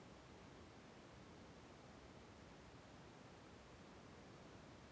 ಕಬ್ಬು ಕಟಾವು ಮಾಡೋಕೆ ಯಾವ ಉಪಕರಣ ಬೇಕಾಗಬಹುದು?